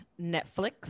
Netflix